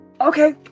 Okay